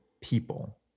people